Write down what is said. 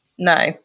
No